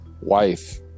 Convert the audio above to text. wife